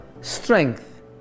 Strength